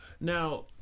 Now